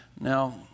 Now